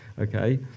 Okay